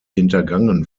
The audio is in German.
hintergangen